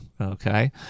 okay